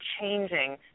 changing